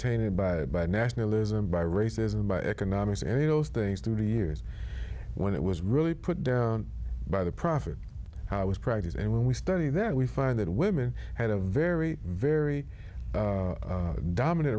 tainted by by nationalism by racism by economics any of those things through the years when it was really put down by the prophet i was proud to say when we study there we find that women had a very very dominant